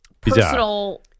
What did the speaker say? personal